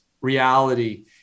reality